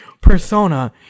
persona